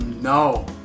No